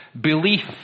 Belief